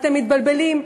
אתם מתבלבלים,